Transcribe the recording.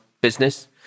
business